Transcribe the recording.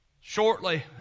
shortly